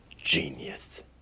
Genius